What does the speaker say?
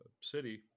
city